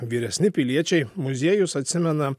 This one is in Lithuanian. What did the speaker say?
vyresni piliečiai muziejus atsimena